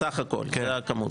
שמונה בסך הכול, זאת הכמות.